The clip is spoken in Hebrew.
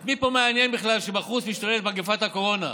את מי פה מעניין בכלל שבחוץ משתוללת מגפת הקורונה,